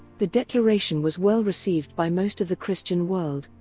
the declaration was well-received by most of the christian world,